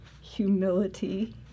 humility